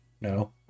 No